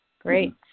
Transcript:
great